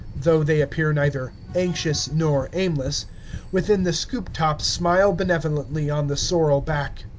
though they appear neither anxious nor aimless within the scoop-top smile benevolently on the sorrel back.